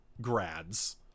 grads